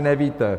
Nevíte!